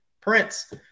Prince